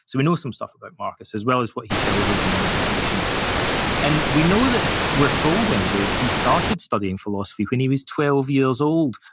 so we know some stuff about marcus as well as what he tells us in the meditations and we know that, we're told, anyway, that he started studying philosophy when he was twelve years old,